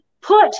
put